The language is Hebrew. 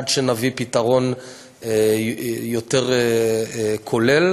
עד שנביא פתרון יותר כולל.